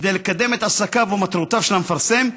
כדי לקדם את עסקיו או מטרותיו של המפרסם,